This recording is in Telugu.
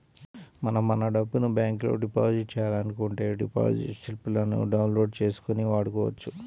మనం మన డబ్బును బ్యాంకులో డిపాజిట్ చేయాలనుకుంటే డిపాజిట్ స్లిపులను డౌన్ లోడ్ చేసుకొని వాడుకోవచ్చు